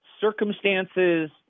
circumstances